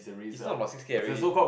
is not about six K already